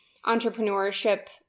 entrepreneurship